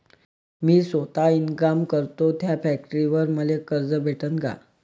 मी सौता इनकाम करतो थ्या फॅक्टरीवर मले कर्ज भेटन का?